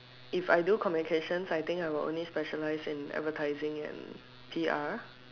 if I do communication I think I'll only specialize in advertising and P_R